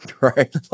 Right